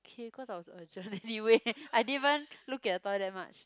K cause I was urgent anyway I didn't even look at the toilet that much